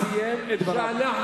הוא כבר סיים את דבריו.